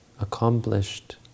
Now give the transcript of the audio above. accomplished